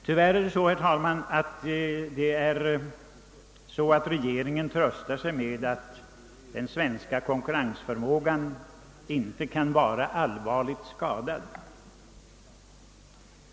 Tyvärr tröstar regeringen sig med att den svenska konkurrensförmågan inte kan vara allvarligt skadad.